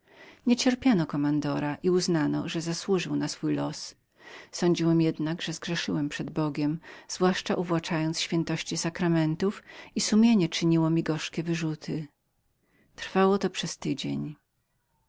nie zaszkodził niecierpiano kommandora i uznano że zasłużył na swój los sądziłem jednak że zgrzeszyłem przed bogiem zwłaszcza uwłaczając świętości sakramentów i sumienie moje czyniło mi gorzkie wyrzuty trwało to przez